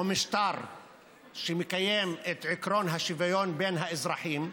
או משטר שמקיים את עקרון השוויון בין האזרחים,